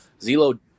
Zelo